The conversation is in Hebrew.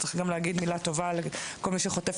צריך גם להגיד מילה טובה לכל מי שחוטף